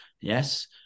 Yes